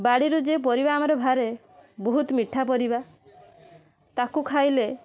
ବାଡ଼ିରୁ ଯେ ପରିବା ଆମର ବାହାରେ ବହୁତ ମିଠା ପରିବା ତାକୁ ଖାଇଲେ